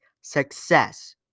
success